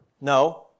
no